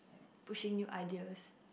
pushing new ideas